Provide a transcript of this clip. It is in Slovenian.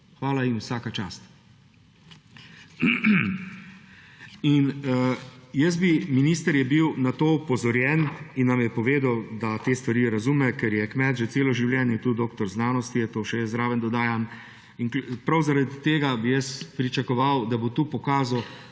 Hvala jim in vsa čast. Minister je bil na to opozorjen in nam je povedal, da te stvari razume, ker je že vse življenje kmet, tudi doktor znanosti je, to še jaz zraven dodajam. Prav zaradi tega bi jaz pričakoval, da bo tu pokazal